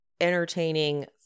entertaining